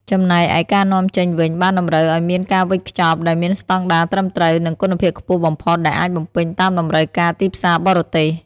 ចំណែកឯការនាំចេញវិញបានតម្រូវឲ្យមានការវេចខ្ចប់ដែលមានស្តង់ដារត្រឹមត្រូវ និងគុណភាពខ្ពស់បំផុតដែលអាចបំពេញតាមតម្រូវការទីផ្សារបរទេស។